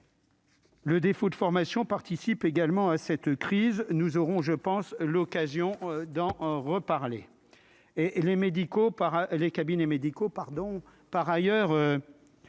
Le défaut de formations participent également à cette crise, nous aurons, je pense, l'occasion d'en reparler et et les médicaux par les